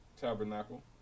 tabernacle